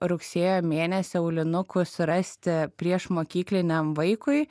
rugsėjo mėnesį aulinukų surasti priešmokykliniam vaikui